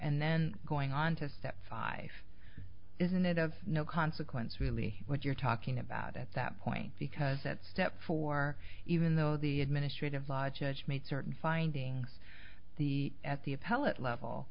and then going on to step five isn't it of no consequence really what you're talking about at that point because at step four even though the administrative law judge made certain findings the at the appellate level